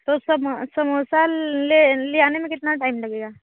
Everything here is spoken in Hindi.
तो समोसा ले ले आने में कितना टाइम लगेगा